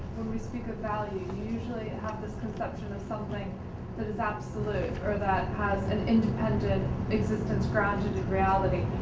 when we speak of value, you usually have this conception of something that is absolute or that has an independent existence grounded in reality,